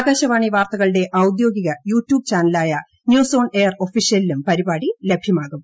ആകാശവാണി വാർത്ത്കളുടെ ഔദ്യോഗിക യുട്യൂബ് ചാനലായ ന്യൂസ് ഓൺ എയർ ഒഫീഷ്യലിലും പരിപാടി ലഭ്യമാകും